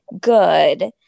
good